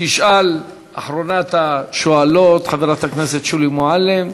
תשאל אחרונת השואלות, חברת הכנסת שולי מועלם,